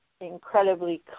incredibly